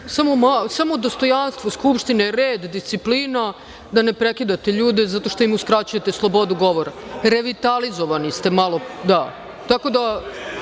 Samo dostojanstvo Skupštine, red, disciplina, da ne prekidate ljude zato što im uskraćujete slobodu govora. Revitalizovani ste malo. Da,